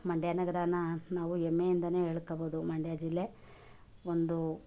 ಮಂಡ್ಯ ನಗರನ ನಾವು ಹೆಮ್ಮೆಯಿಂದಲೇ ಹೇಳ್ಕೊಳ್ಬೋದು ಮಂಡ್ಯ ಜಿಲ್ಲೆ ಒಂದು